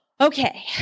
Okay